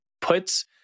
puts